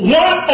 one